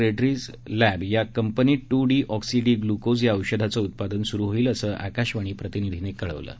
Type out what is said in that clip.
Reddy's lab या कंपनीत two deoxy D glucose या औषधाचं उत्पादन सुरु होईल असं आकाशवाणी प्रतिनिधीनं कळवलं आहे